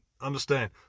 understand